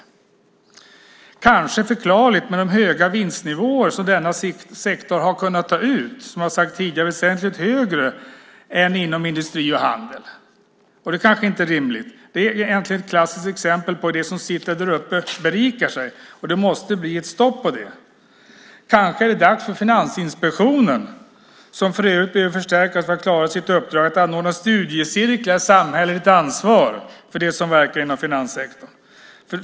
Det kanske är förklarligt med de höga vinster som denna sektor har kunnat ta ut, som - det har jag sagt tidigare - är väsentligt högre än inom industri och handel. Det kanske inte är rimligt. Det är egentligen ett klassiskt exempel på att de som sitter där uppe berikar sig. Det måste bli ett stopp för det. Kanske är det dags för Finansinspektionen, som för övrigt behöver förstärkas för att klara sitt uppdrag, att ordna studiecirklar i samhälleligt ansvar för dem som verkar inom finanssektorn.